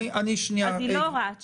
היא לא הוראת שעה.